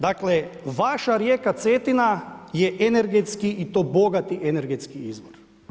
Dakle, vaša rijeka Cetina je energetski i to bogati energetski izvor.